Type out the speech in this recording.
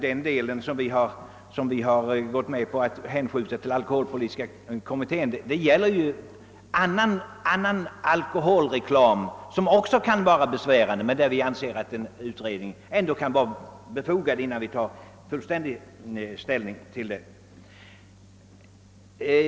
Den del av frågan som vi är villiga att hänskjuta till alkoholpolitiska kommittén gäller annan alkoholreklam som visserligen också kan vara besvärande men beträffande vilken vi anser att en utredning kan vara befogad innan vi tar ställning till frågan.